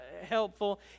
helpful